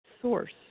source